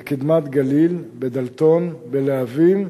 בקדמת-גליל, בדלתון, בלהבים,